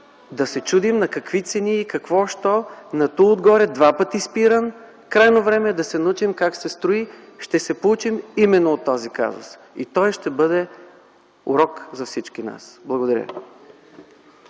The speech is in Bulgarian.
да се чудим на какви цени и какво, що ... и на това отгоре два пъти спиран. Крайно време е да се научим как се строи. Ще се поучим именно от този казус и той ще бъде урок за всички нас. Благодаря